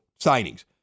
signings